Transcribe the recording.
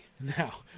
now